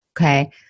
Okay